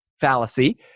fallacy